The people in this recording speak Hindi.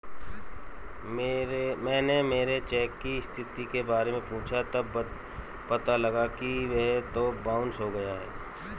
मैंने मेरे चेक की स्थिति के बारे में पूछा तब पता लगा कि वह तो बाउंस हो गया है